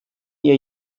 ihr